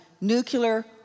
nuclear